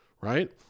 right